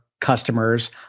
customers